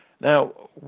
Now